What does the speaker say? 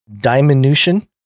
Diminution